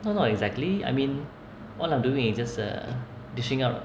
no not exactly I mean all I'm doing is just uh dishing out